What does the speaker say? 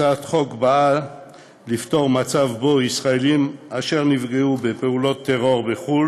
הצעת החוק באה לפתור מצב שישראלים אשר נפגעו בפעולות טרור בחו"ל